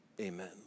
Amen